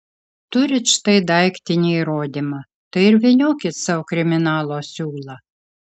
turit štai daiktinį įrodymą tai ir vyniokit sau kriminalo siūlą